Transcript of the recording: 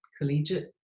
collegiate